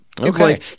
Okay